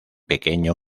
pequeño